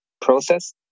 process